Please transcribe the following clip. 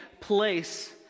place